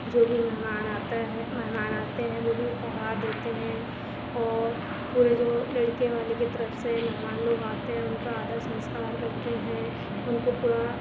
जो भी मेहमान आता है मेहमान आते हैं वो भी उपहार देते हैं और पूरे जो लड़के वाले के तरफ से मेहमान लोग आते हैं उनका आदर संस्कार करते हैं उनको पूरा